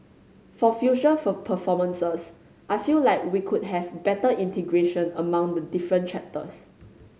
for future performances I feel like we could have better integration among the different chapters